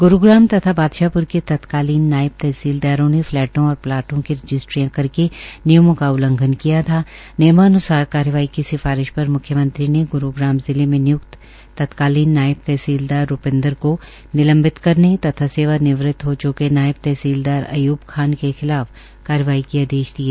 ग्रूग्राम तथा बादशाहप्र के तत्कालीन नायब तहसीलदार ने फलैटों और प्लांटों की रजिस्ट्रीयां करके नियमों का उल्लघन किया किया था नियमान्सार कार्यवाही की सिफारिश पर म्ख्यमंत्री ने ग्रूग्राम जिले के निय्क्त तत्कालीन नायब तहसीलदार रूपिन्द्र को निंलबित करने तथा सेवा निवृत हो च्के है नायब तहसीलदार आयूब खान के खिलाफ कार्यवाही के आदेश दिए